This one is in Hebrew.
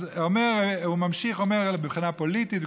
אז הוא ממשיך ואומר: "מבחינה פוליטית"